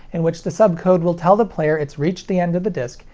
in which the subcode will tell the player it's reached the end of the disc,